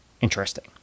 interesting